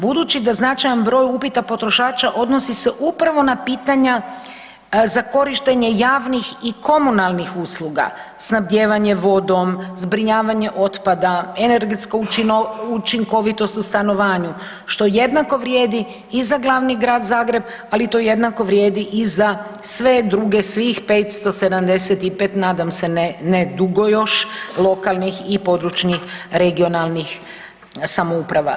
Budući da značajan broj upita potrošača odnosi se upravo na pitanja za korištenje javnih i komunalnih usluga, snabdijevanje vodim, zbrinjavanje otpada, energetska učinkovitost u stanovanju što jednako vrijedi i za glavni grad Zagreb, ali to jednako vrijedi i za sve druge svih 575 nadam se ne dugo još lokalnih i područnih, regionalnih samouprava.